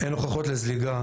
אין הוכחות לזליגה,